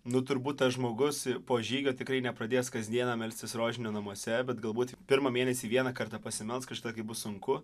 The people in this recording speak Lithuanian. nu turbūt tas žmogus ir po žygio tikrai nepradės kasdieną melstis rožinio namuose bet galbūt pirmą mėnesį vieną kartą pasimelsk kažkada kai bus sunku